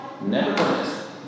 Nevertheless